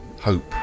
hope